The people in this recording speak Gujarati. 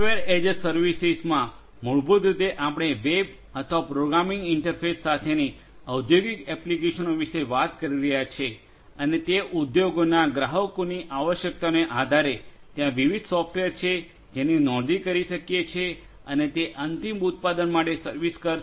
સોફ્ટવેર એઝ એ સર્વિસમાં મૂળભૂત રીતે આપણે વેબ અથવા પ્રોગ્રામિંગ ઇંટરફેસ સાથેની ઔદ્યોગિક એપ્લિકેશનો વિશે વાત કરી રહ્યા છીએ અને તે ઉદ્યોગોના ગ્રાહકોની આવશ્યકતાઓને આધારે ત્યાં વિવિધ સોફ્ટવેર છે જેની નોંધણી કરી શકીએ છે અને તે અંતિમ ઉત્પાદન માટે સર્વિસ કરશે